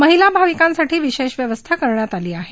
महिला भाविकांसाठी विशेष व्यवस्था करण्यात आली आहे